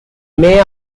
may